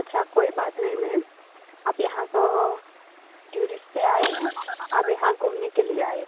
અચ્છા કોઈ બાત નહીં મેમ આપ યહાં ટ્યુરિસ્ટ સે આયે હો આપ યહાં ધૂમને કે લીએ આયે